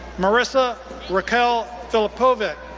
marisa raquel filipovic,